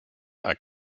are